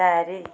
ଚାରି